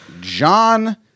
John